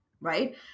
Right